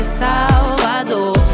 salvador